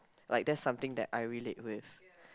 like that's something that I relate with